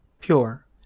pure